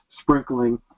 sprinkling